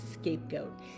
scapegoat